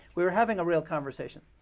we were having a real conversation.